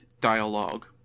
dialogue